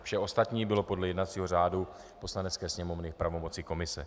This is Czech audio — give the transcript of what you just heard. Vše ostatní bylo podle jednacího řádu Poslanecké sněmovny v pravomoci komise.